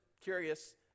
curious